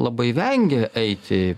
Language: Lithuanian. labai vengia eiti